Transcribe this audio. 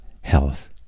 health